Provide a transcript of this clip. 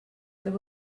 there